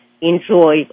enjoy